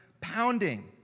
Pounding